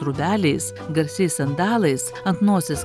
rūbeliais garsiais sandalais ant nosies